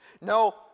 No